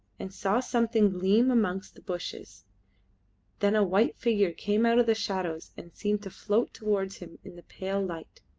and saw something gleam amongst the bushes then a white figure came out of the shadows and seemed to float towards him in the pale light.